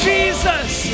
Jesus